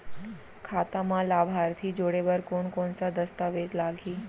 खाता म लाभार्थी जोड़े बर कोन कोन स दस्तावेज लागही?